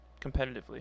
competitively